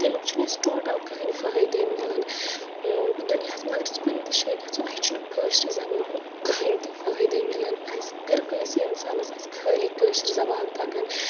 تٔمیُک چھنہٕ اَسہِ ٹوٹل کہأنۍ فأیِدے ملان دُنیہس منٛز اگر سہُ کُنہِ تہِ جایہِ گژھو اَسہِ چھنہٕ کأشرِ زبأنۍ ہُنٛد کہنۍ تہِ فأیِدے ملن اسہِ اگر کٲنٛسہِ اِنسانس آسہِ خألی کأشِر زبان تگان